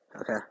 Okay